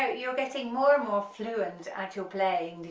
ah you're getting more and more fluent at your playing,